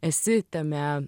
esi tame